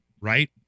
Right